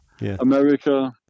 America